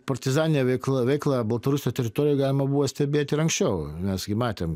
partizaninė veikla veikla baltarusių teritorijoj galima buvo stebėti ir anksčiau mes gi matėm